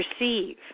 receive